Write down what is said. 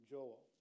Joel